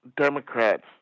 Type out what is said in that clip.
Democrats